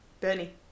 Bernie